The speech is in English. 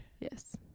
Yes